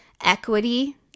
equity